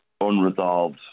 unresolved